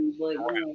okay